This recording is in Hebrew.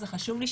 זה חשוב לי,